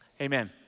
Amen